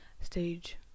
stage